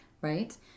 Right